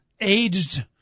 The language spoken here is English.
aged